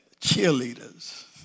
cheerleaders